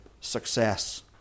success